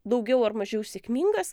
daugiau ar mažiau sėkmingas